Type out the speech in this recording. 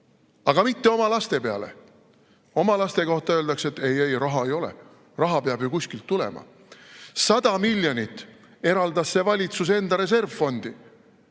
aga mitte oma laste peale. Oma laste kohta öeldakse, et ei-ei, raha ei ole, raha peab ju kuskilt tulema. 100 miljonit eraldas see valitsus enda reservfondi.